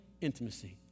intimacy